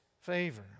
favor